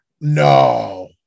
no